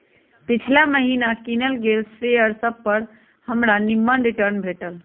पिछिला महिन्ना किनल गेल शेयर सभपर हमरा निम्मन रिटर्न भेटल